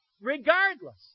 regardless